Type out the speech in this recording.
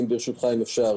אם אפשר,